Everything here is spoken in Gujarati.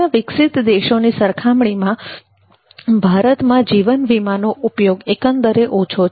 અન્ય વિકસિત દેશોની સરખામણીમાં ભારતમાં જીવન વીમાનો ઉપયોગ એકંદરે ઓછો છે